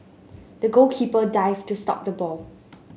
the goalkeeper dived to stop the ball